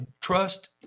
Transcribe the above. trust